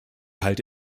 halte